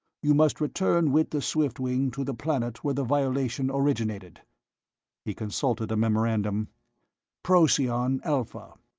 you must return with the swiftwing to the planet where the violation originated he consulted a memorandum procyon alpha.